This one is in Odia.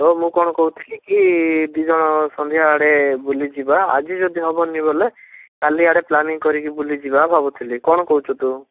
ତ ମୁଁ କ'ଣ କହୁଥିଲି କି ଦୁଇ ଜଣ ସନ୍ଧ୍ୟାଆଡ଼େ ବୁଲିଯିବା ଆଜି ଯଦି ହେବନି ବୋଲେ କାଲିଆଡ଼େ ପ୍ଲାନିଂ କରିକି ବୁଲିଯିବା ଭାବୁଥିଲି କ'ଣ କହୁଛୁ ତୁ